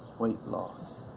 weight loss.